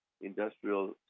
industrial